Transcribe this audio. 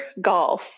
golf